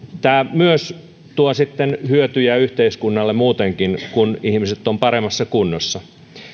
tämä tuo sitten hyötyjä yhteiskunnalle muutenkin kun ihmiset ovat paremmassa kunnossa